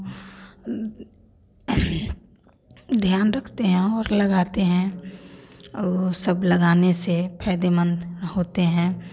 ध्यान रखते हैं और लगाते हैं वह सब लगाने से फ़ायदेमंद होते हैं